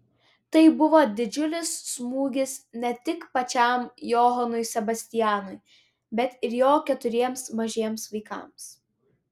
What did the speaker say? tai buvo didžiulis smūgis ne tik pačiam johanui sebastianui bet ir jo keturiems mažiems vaikams